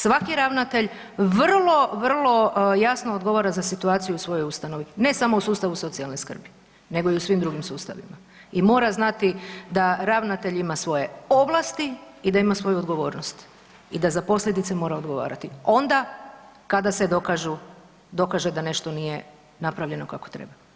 Svaki ravnatelj vrlo, vrlo jasno odgovara za situaciju u svojoj ustanovi ne samo u sustavu socijalne skrbi nego i u svim drugim sustavima i mora znati da ravnatelj ima svoje ovlasti i da ima svoju odgovornost i da za posljedice mora odgovarati onda kada se dokaže da nešto nije napravljeno kako treba.